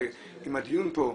ואם היה דיון פה,